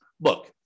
look